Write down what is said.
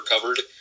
covered